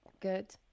good